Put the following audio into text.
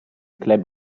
club